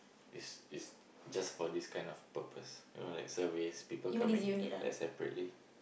is is just for this kind of purpose you know like surveys people come in like separately